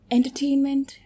Entertainment